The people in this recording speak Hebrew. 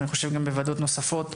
אני חושב גם בוועדות נוספות,